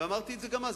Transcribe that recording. ואמרתי את זה גם אז.